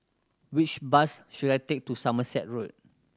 which bus should I take to Somerset Road